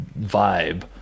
vibe